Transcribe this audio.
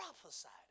prophesied